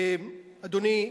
אדוני,